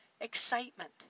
excitement